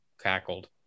cackled